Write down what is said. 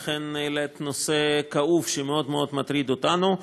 אכן, העלית נושא כאוב, שמאוד מאוד מטריד אותנו.